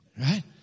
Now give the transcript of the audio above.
right